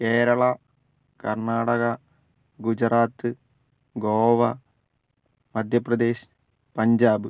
Keralam Karnataka Gujarat Goa Madhya Pradesh Punjab